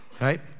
right